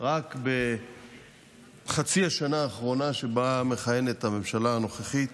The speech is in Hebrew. רק בחצי השנה האחרונה, שבה מכהנת הממשלה הנוכחית,